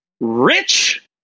rich